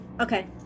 Okay